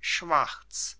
schwarz